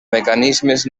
mecanismes